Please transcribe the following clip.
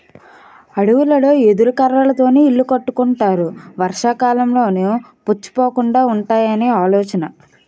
అడవులలో ఎదురు కర్రలతోనే ఇల్లు కట్టుకుంటారు వర్షాకాలంలోనూ పుచ్చిపోకుండా వుంటాయని ఆలోచన